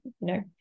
no